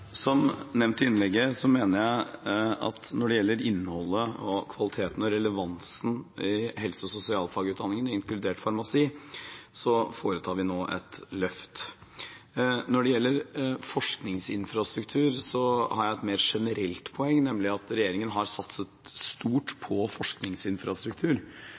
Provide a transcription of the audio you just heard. Som nevnt i hovedinnlegget mener jeg at når det gjelder innholdet, kvaliteten og relevansen i helse- og sosialfagutdanningene, inkludert farmasi, foretar vi nå et løft. Når det gjelder forskningsinfrastruktur, har jeg et mer generelt poeng, nemlig at regjeringen har satset stort på forskningsinfrastruktur.